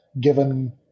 given